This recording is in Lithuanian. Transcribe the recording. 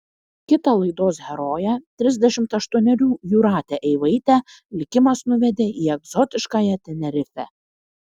kitą laidos heroję trisdešimt aštuonerių jūratę eivaitę likimas nuvedė į egzotiškąją tenerifę